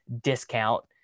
discount